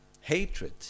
hatred